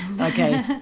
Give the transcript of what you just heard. Okay